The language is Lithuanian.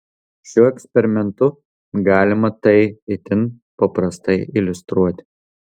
šiuo eksperimentu galima tai itin paprastai iliustruoti